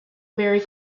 very